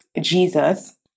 Jesus